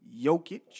Jokic